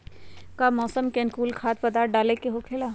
का मौसम के अनुकूल खाद्य पदार्थ डाले के होखेला?